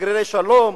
שגרירי שלום.